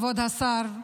כבוד השר,